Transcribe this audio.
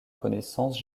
connaissance